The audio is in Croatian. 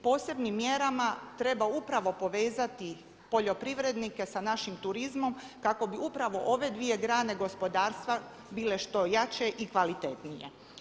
Posebnim mjerama treba upravo povezati poljoprivrednike sa našim turizmom kako bi upravo ove dvije grane gospodarstva bile što jače i kvalitetnije.